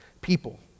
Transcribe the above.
people